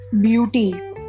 Beauty